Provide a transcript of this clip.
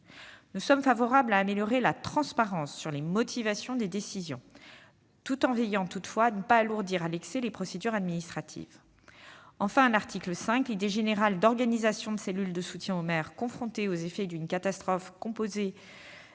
Nous sommes favorables à une amélioration de la transparence sur les motivations des décisions, tout en veillant toutefois à ne pas alourdir à l'excès les procédures administratives. Enfin, à l'article 5, l'idée générale d'organisation de cellules de soutien aux maires confrontés aux effets d'une catastrophe, cellules